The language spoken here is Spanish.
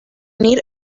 unir